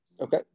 Okay